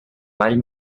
vall